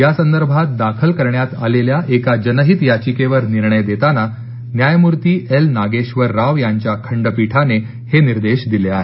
या संदर्भात दाखल करण्यात आलेल्या एका जनहित याचिकेवर निर्णय देताना न्यायमूर्ती एल नागेश्वर राव यांच्या खंडपीठाने हे निर्देश दिले आहेत